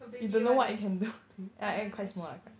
a baby one ah yeah that's true